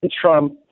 Trump